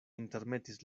intermetis